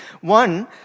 One